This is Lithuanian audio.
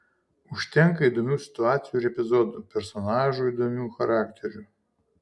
užtenka įdomių situacijų ir epizodų personažų įdomių charakterių